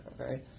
Okay